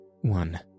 One